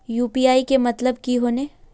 UPI के मतलब की होने?